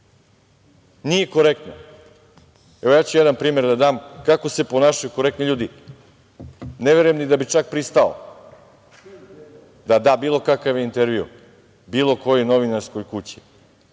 Nije korektno. Evo, ja ću jedan primer da dam kako se ponašaju korektno ljudi, ne verujem da bi čak pristao da da bilo kakav intervju, bilo kojoj novinarskoj kući.